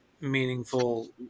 meaningful